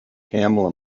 camel